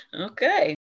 okay